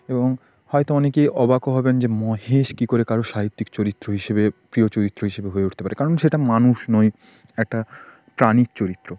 এবং হয়তো অনেকেই অবাকও হবেন যে মহেশ কী করে কারো সাহিত্যিক চরিত্র হিসেবে প্রিয় চরিত্র হিসেবে হয়ে উঠতে পারে কারণ সেটা মানুষ নয় একটা প্রাণীর চরিত্র